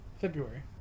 February